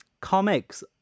Comics